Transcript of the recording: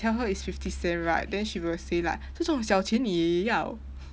tell her it's fifty cent right then she will say like 这么小钱你要